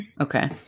Okay